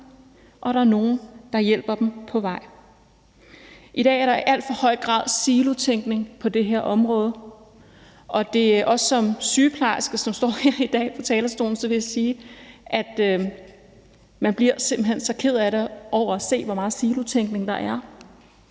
så der er nogen, der hjælper dem på vej. I dag er der i al for høj grad silotænkning på det her område, og når jeg står her på talerstolen i dag som sygeplejerske, vil jeg sige, at man simpelt hen bliver så ked af det over at se, hvor meget silotænkning der er,